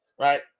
Right